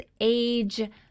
age